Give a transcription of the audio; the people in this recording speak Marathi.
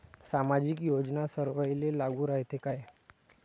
सामाजिक योजना सर्वाईले लागू रायते काय?